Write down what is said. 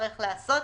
תצטרך לעשות.